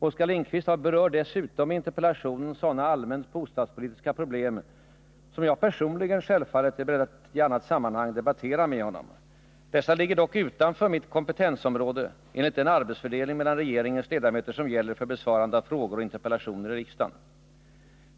Oskar Lindkvist berör dessutom i interpellationen sådana allmänt bostadspolitiska problem som jag personligen självfallet är beredd att i annat sammanhang debattera med honom. Dessa ligger dock utanför mitt kompetensområde enligt den arbetsfördelning mellan regeringens ledamöter som gäller för besvarande av frågor och interpellationer i riksdagen.